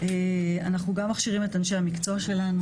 אנחנו גם מכשירים את אנשי המקצוע שלנו,